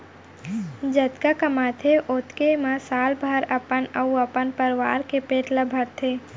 जतका कमाथे ओतके म साल भर अपन अउ अपन परवार के पेट ल भरथे